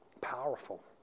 Powerful